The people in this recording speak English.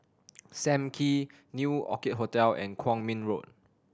Sam Kee New Orchid Hotel and Kwong Min Road